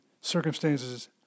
circumstances